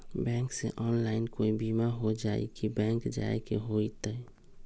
Bank से online कोई बिमा हो जाई कि बैंक जाए के होई त?